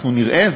אנחנו נראה,